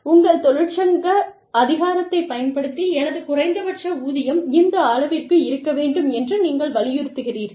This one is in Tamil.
உங்கள் தொழிற்சங்க அதிகாரத்தைப் பயன்படுத்தி எனது குறைந்தபட்ச ஊதியம் இந்த அளவிற்கு இருக்க வேண்டும் என்று நீங்கள் வலியுறுத்துகிறீர்கள்